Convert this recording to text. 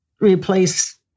replace